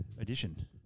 edition